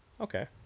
Okay